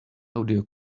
audio